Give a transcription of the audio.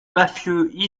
mafieux